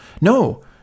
No